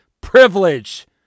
privilege